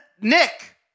Nick